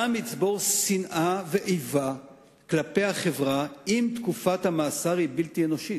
שנאה ואיבה כלפי החברה אם תקופת המאסר היא בלתי אנושית.